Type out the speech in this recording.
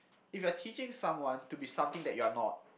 if you are teaching someone to be something that you are not